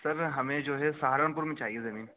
سر ہمیں جو ہے سہارنپور میں چاہیے زمین